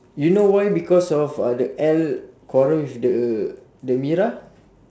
you know why because of uh the L quarrel with the uh the mira